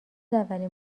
اولین